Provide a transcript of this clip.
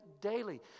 daily